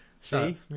See